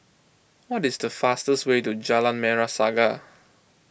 what is the fastest way to Jalan Merah Saga